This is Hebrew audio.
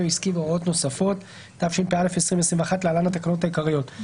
או עסקי והוראות נוספות) התשפ"א-2021 (להלן התקנות העיקריות),